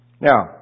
Now